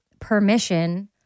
permission